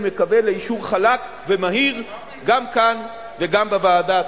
אני מקווה לאישור חלק ומהיר גם כאן וגם בוועדה.